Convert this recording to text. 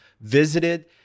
visited